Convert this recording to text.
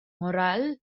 morale